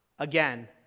Again